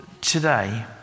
today